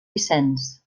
vicenç